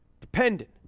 Dependent